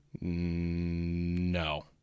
No